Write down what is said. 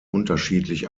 unterschiedlich